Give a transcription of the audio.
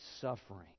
suffering